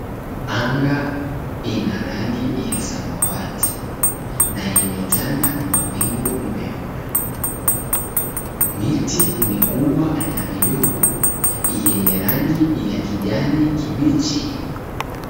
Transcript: Anga ina rangi ya samawati na imetanda mawingu meupe. Miti mikubwa na midogo yenye rangi ya kijani kibichi.